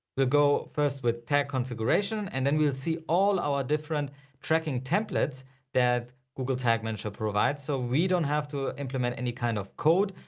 go first with tech configuration and then we'll see all our different tracking templates that google tag manager provides so we don't have to implement any kind of code.